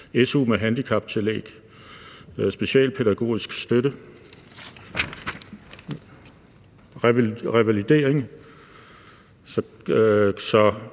su med handicaptillæg, specialpædagogisk støtte og revalidering.